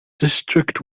district